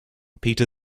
peter